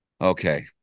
Okay